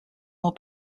more